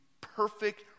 perfect